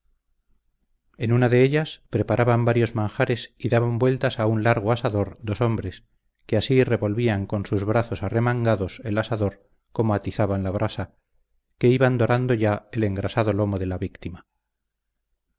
en una de ellas preparaban varios manjares y daban vueltas a un largo asador dos hombres que así revolvían con sus brazos arremangados el asador como atizaban la brasa que iba dorando ya el engrasado lomo de la víctima